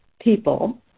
people